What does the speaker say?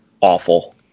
awful